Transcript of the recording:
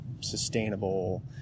sustainable